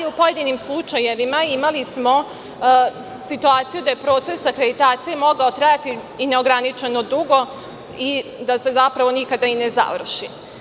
u pojedinim slučajevima imali smo situaciju da je proces akreditacije mogao trajati i neograničeno dugo i da se zapravo nikada i ne završi.